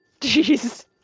Jeez